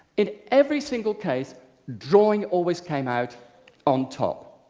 in every single case drawing always came out on top.